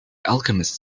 alchemist